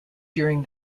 during